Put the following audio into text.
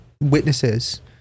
witnesses